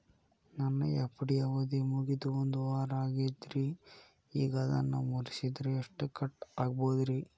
ನನ್ನ ಎಫ್.ಡಿ ಅವಧಿ ಮುಗಿದು ಒಂದವಾರ ಆಗೇದ್ರಿ ಈಗ ಅದನ್ನ ಮುರಿಸಿದ್ರ ಎಷ್ಟ ಕಟ್ ಆಗ್ಬೋದ್ರಿ?